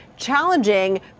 challenging